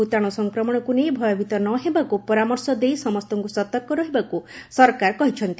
ଭୂତାଣୁ ସଂକ୍ରମଣକୁ ନେଇ ଭୟଭୀତ ନ ହେବାକୁ ପରାମର୍ଶ ଦେଇ ସମସ୍ତଙ୍କୁ ସତର୍କ ରହିବାକୁ ସରକାର କହିଛନ୍ତି